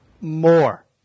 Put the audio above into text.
more